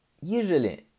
Usually